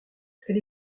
elle